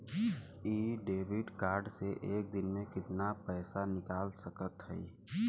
इ debit card से एक दिन मे कितना पैसा निकाल सकत हई?